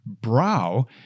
brow